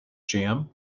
jam